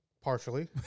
Partially